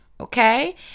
Okay